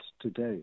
today